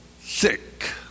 sick